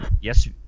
yes